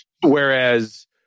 Whereas